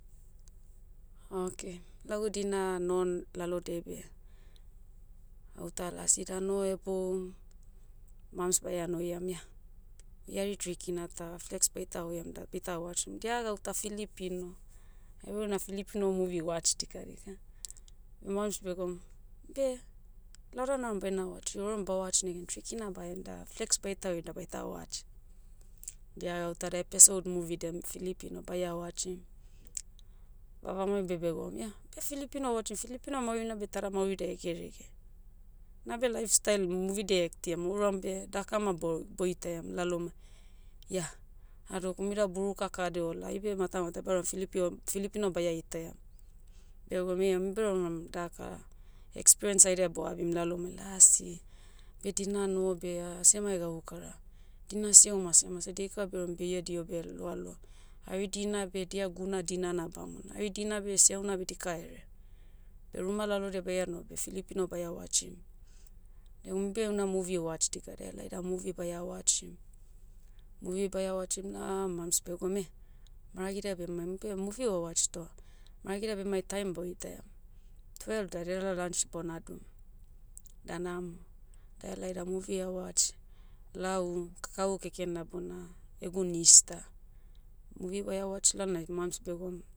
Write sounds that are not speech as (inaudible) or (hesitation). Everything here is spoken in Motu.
Okay. Lagu dina non lalodiai beh, gauta lasi da noho hebou. Mams baia noiam ia, oi ari tri kina ta, flex baita oiam da baita watchim dia gauta filipino. Aibe ouna filipino movie watch dikadika. (hesitation) mams begoum, beh, laudan nauram baina watch, ouram ba watch negen tri kina bahen da flex baita hoi da baita watch. Dia gauta da epesoud muvidia, filipino baia watchim. Vavamai beh begoum ia, beh filipino watchim filipino maurina beh itada maurida hegerege. Nabe life style muvidia ektiam ouram beh, daka ma bor- boitaiam lalomai. Ia, hadok umui da buruka kade ola aibe matamata beh auram filipio- filipino baia itaia. Beh egwam io umbe oram daka, experience haida boabim lalomai lasi, beh dina noho beh (hesitation) asemai gaukara. Dina siau masemase daika beuram beie diho biel loaloa. Hari dina beh dia guna dinana bamona. Hari dina beh siahuna beh dika herea. Beh ruma lalodia baia noh beh filipino baia watchim. De umbe una muvi watch dika da helai da movie baia watchim. Movie baia watchim lao, mams begoum eh, maragidia bemaim umbe movie o watch toh, maragidia bemai taim boitaiam. Twelve da dedia lunch bonadum. Da namo. Da helai da movie ah watch. Lau, kakagu keken na bona, egu niece ta. Movie baia watch lalonai mams begoum,